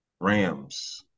Rams